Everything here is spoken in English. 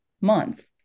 month